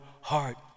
heart